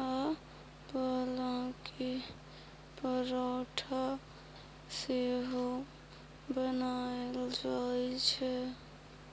आ पलांकी परौठा सेहो बनाएल जाइ छै